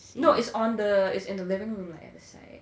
no is on the is in the living room like at the side